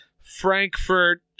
frankfurt